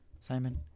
Simon